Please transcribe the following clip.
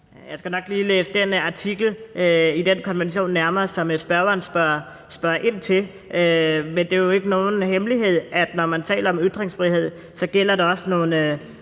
Jeg skal nok lige læse den artikel i den konvention nærmere, som spørgeren spørger ind til. Men det er jo ikke nogen hemmelighed, at når man taler om ytringsfrihed, så gælder der også nogle